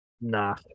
nah